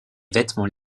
vêtements